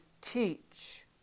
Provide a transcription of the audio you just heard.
teach